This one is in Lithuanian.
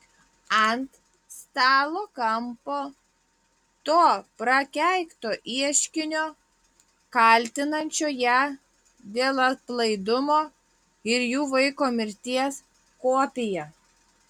ant stalo kampo to prakeikto ieškinio kaltinančio ją dėl aplaidumo ir jų vaiko mirties kopija